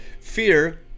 Fear